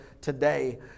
today